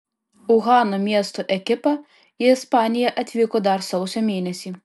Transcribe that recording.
uhano miesto ekipa į ispaniją atvyko dar sausio mėnesį